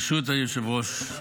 ברשות היושב-ראש,